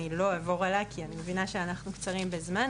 אני לא אעבור עליה כי אני מבינה שאנחנו קצרים בזמן,